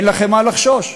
אין לכם מה לחשוש.